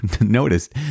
noticed